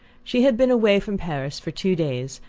she had been away from paris for two days,